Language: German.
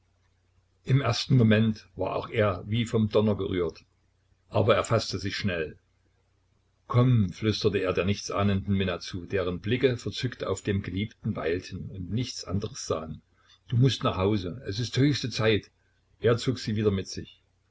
im ersten moment war auch er wie vom donner gerührt aber er faßte sich schnell komm flüsterte er der nichts ahnenden minna zu deren blicke verzückt auf dem geliebten weilten und nichts anderes sahen du mußt nach hause es ist höchste zeit er zog sie wieder mit sich